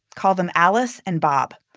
call them alice and bob.